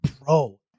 Bro